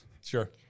Sure